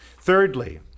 Thirdly